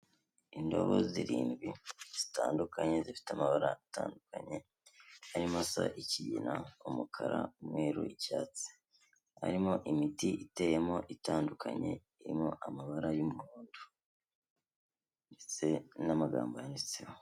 Indobo zirindwi zitandukanye zifite amabara atandukanye, harimo asa ikigina, umukara, umweru icyatsi, harimo imiti iteyemo itandukanye, irimo amabara y'umuhondo ndetse n'amagambo yanditseho.